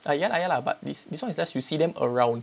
ya lah ya lah but this this one is just you see them around